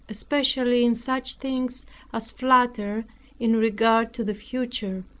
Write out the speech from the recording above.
especially in such things as flatter in regard to the future